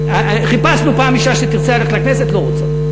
חיפשנו פעם אישה שתרצה ללכת לכנסת, לא רוצה.